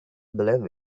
believe